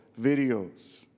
videos